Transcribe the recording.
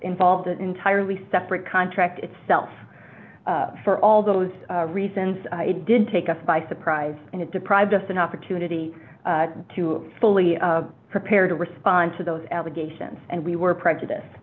involved an entirely separate contract itself for all those reasons it did take us by surprise and it deprived us an opportunity to fully prepared to respond to those allegations and we were prejudice